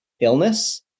illness